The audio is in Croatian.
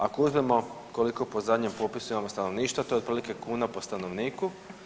Ako uzmemo koliko po zadnjem popisu imamo stanovništva, to je otprilike kuna po stanovniku.